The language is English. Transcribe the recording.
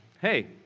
hey